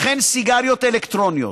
וכן סיגריות אלקטרוניות.